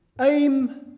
aim